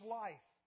life